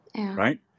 right